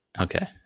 Okay